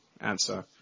answer